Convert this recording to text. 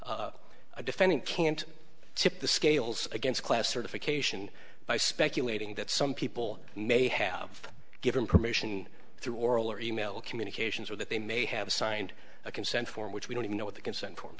a defendant can't tip the scales against class certification by speculating that some people may have given permission through oral or e mail communications or that they may have signed a consent form which we don't even know what the consent form